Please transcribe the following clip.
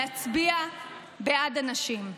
להצביע בעד הנשים.